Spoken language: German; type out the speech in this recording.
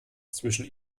zwischen